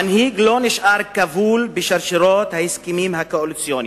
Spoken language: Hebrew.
מנהיג לא נשאר כבול בשרשראות ההסכמים הקואליציוניים,